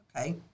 Okay